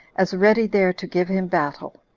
as ready there to give him battle.